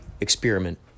Experiment